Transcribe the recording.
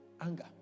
Anger